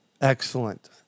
Excellent